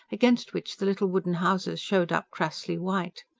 against which the little wooden houses showed up crassly white.